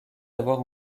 avoir